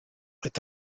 est